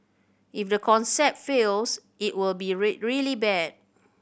if the concept fails it will be really bad